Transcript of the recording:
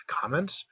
comments